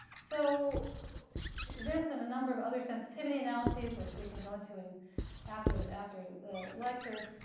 so this and a number of other sensitivity analyses, which we can go into and after the after the lecture,